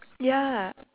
ya